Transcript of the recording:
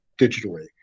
digitally